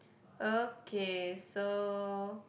okay so